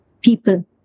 people